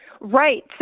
Right